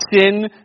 sin